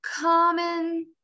common